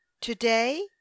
Today